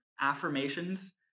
affirmations